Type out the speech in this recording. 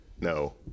No